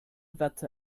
wette